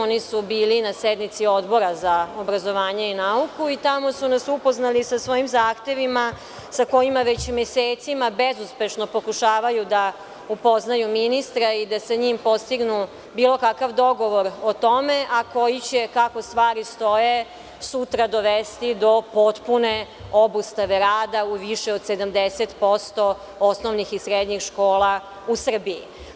Oni su bili na sednici Odbora za obrazovanje i nauku i tamo su nas upoznali sa svojim zahtevima sa kojima mesecima bezuspešno pokušavaju da upoznaju ministra i da sa njim postignu bilo kakav dogovor o tome, a koji će, kako stvari stoje, sutra dovesti do potpune obustave rada u više od 70% osnovnih i srednjih škola u Srbiji.